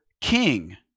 king